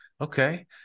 Okay